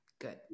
Good